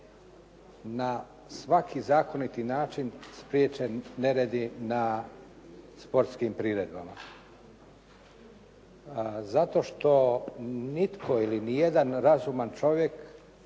na svaki zakoniti način spriječe neredi na sportskim priredbama zato što nitko ili ni jedan razuman čovjek